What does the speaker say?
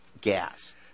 gas